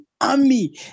army